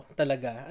talaga